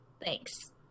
thanks